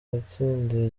yatsindiwe